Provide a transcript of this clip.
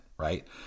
Right